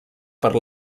per